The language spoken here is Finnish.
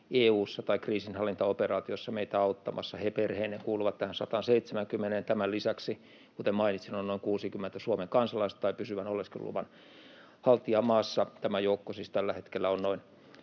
tai kriisinhallintaoperaatioissa meitä auttamassa, perheineen kuuluvat tähän 170:een. Tämän lisäksi, kuten mainitsin, on noin 60 Suomen kansalaista tai pysyvän oleskeluluvan haltijaa maassa. Tämä joukko siis tällä hetkellä on noin